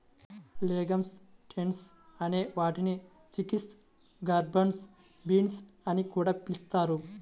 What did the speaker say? legumes types అనే వాటిని chickpeas, garbanzo beans అని కూడా పిలుస్తారు